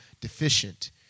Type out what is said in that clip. deficient